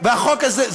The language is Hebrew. והחוק הזה,